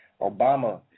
Obama